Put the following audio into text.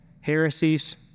heresies